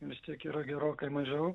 vis tiek yra gerokai mažiau